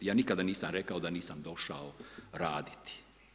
Ja nikada nisam rekao da nisam došao raditi.